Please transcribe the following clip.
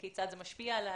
כיצד זה משפיע על העלייה.